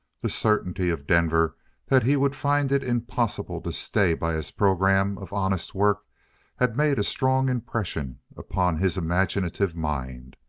the certainty of denver that he would find it impossible to stay by his program of honest work had made a strong impression upon his imaginative mind,